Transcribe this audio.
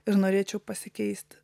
ir norėčiau pasikeisti